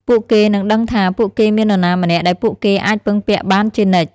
ពួកគេនឹងដឹងថា ពួកគេមាននរណាម្នាក់ដែលពួកគេអាចពឹងពាក់បានជានិច្ច។